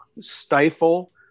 stifle